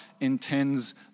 intends